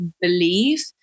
believe